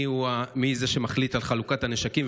2. מי זה שמחליט על חלוקת הנשקים ?